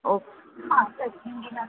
okay